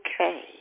okay